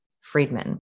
Friedman